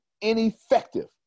ineffective